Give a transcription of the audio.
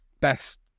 best